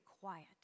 quiet